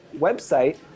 website